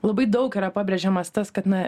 labai daug yra pabrėžiamas tas kad na